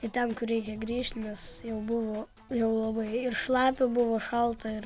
į ten kur reikia grįžti nes jau buvo jau labai ir šlapia buvo šalta